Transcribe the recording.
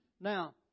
Now